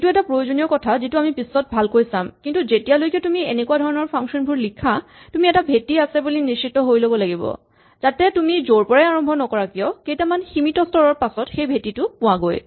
এইটো এটা প্ৰয়োজনীয় কথা যিটো আমি পিছত ভালকৈ চাম কিন্তু যেতিয়াই তুমি এনেকুৱা ধৰণৰ ফাংচন বোৰ লিখা তুমি এটা ভেটি আছে বুলি নিশ্চিত হৈ ল'ব লাগিব যাতে তুমি য'ৰ পৰাই আৰম্ভ নকৰা কিয় কেইটামান সীমিত স্তৰৰ পাছত সেই ভেটিটো পোৱাগৈ